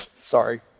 Sorry